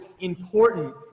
important